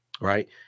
right